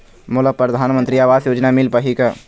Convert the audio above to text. मोला परधानमंतरी आवास योजना मिल पाही का?